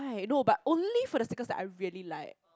you know but only for the sticker I really like